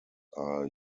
are